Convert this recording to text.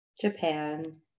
Japan